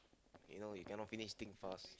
okay now you cannot finish thing fast